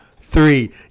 three